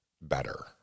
better